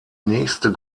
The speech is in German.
nächste